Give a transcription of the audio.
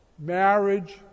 Marriage